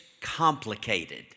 Complicated